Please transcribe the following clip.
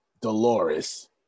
Dolores